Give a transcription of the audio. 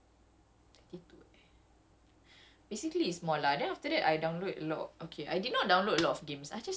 dia punya internal kalau bukan sixteen thirty two eh